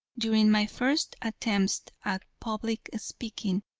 during my first attempts at public speaking,